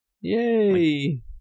Yay